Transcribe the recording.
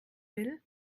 will